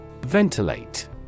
Ventilate